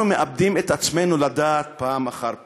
אנחנו מאבדים את עצמנו לדעת פעם אחר פעם.